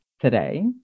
today